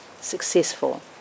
successful